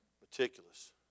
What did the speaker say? meticulous